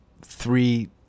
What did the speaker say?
three